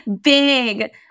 big